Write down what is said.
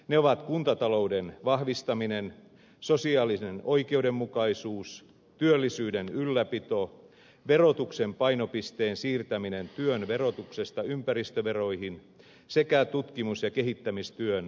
ne ovat kuntatalouden vahvistaminen sosiaalinen oikeudenmukaisuus työllisyyden ylläpito verotuksen painopisteen siirtäminen työn verotuksesta ympäristöveroihin sekä tutkimus ja kehittämistyön vahvistaminen